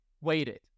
waited